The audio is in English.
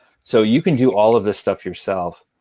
so you can do all of this stuff yourself.